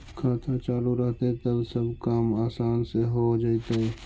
खाता चालु रहतैय तब सब काम आसान से हो जैतैय?